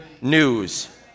news